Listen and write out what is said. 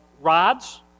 rods